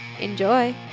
Enjoy